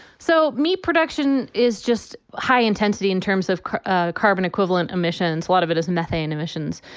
so meat production is just high intensity in terms of ah carbon equivalent emissions. a lot of it is methane emissions,